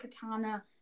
katana